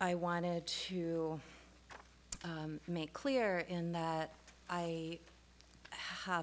i wanted to make clear in that i have